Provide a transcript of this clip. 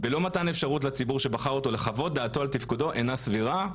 בלא מתן אפשרות לציבור שבחר אותו לחוות דעתו על תפקודו אינה סבירה.